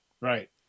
Right